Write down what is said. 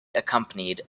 accompanied